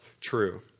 true